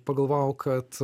pagalvojau kad